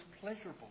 pleasurable